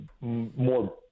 more